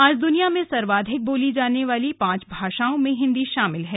आज दुनिया में सर्वाधिक बोली जाने वाली पांच भाषाओं में हिन्दी शामिल है